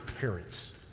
parents